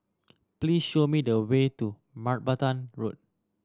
please show me the way to Martaban Road